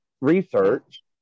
research